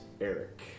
Eric